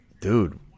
Dude